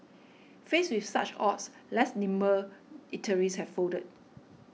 faced with such odds less nimble eateries have folded